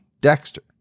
Dexter